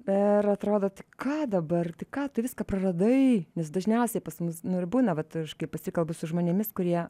ir atrodo tai ką dabar ką tu viską praradai nes dažniausiai pas mus nu ir būna vat aš kai pasikalbu su žmonėmis kurie